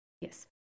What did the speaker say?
Yes